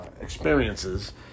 Experiences